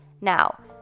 Now